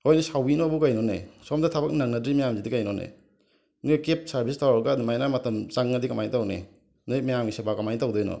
ꯍꯣꯏ ꯁꯥꯎꯕꯤꯅꯣꯕꯨ ꯀꯩꯅꯣꯅꯦ ꯁꯣꯝꯗ ꯊꯕꯛ ꯅꯪꯅꯗ꯭ꯔꯤ ꯃꯌꯥꯝꯁꯤꯗꯤ ꯀꯩꯅꯣꯅꯦ ꯅꯣꯏ ꯀꯦꯞ ꯁꯥꯔꯕꯤꯁ ꯇꯧꯔꯒ ꯑꯗꯨꯃꯥꯏꯅ ꯃꯇꯝ ꯆꯪꯉꯗꯤ ꯀꯃꯥꯏꯅ ꯇꯧꯅꯤ ꯅꯣꯏ ꯃꯌꯥꯝꯒꯤ ꯁꯦꯕꯥ ꯀꯃꯥꯏꯅ ꯇꯧꯗꯣꯏꯅꯣ